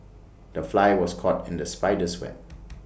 the fly was caught in the spider's web